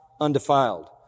undefiled